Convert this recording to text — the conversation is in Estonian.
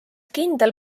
kindel